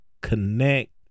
connect